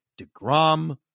DeGrom